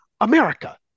America